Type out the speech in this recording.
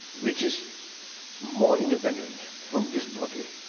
which is more independent from this body,